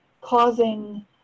causing